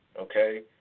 Okay